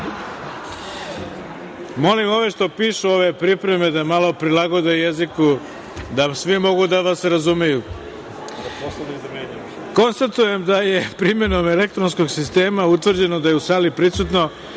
ove što pišu ove pripreme da malo prilagode jeziku, da svi mogu da vas razumeju. Konstatujem da je primenom elektronskog sistema za glasanje utvrđeno da je u sali prisutno